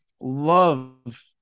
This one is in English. Love